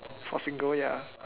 for single ya